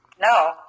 No